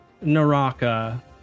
Naraka